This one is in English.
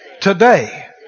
Today